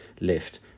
left